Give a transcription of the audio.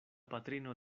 patrino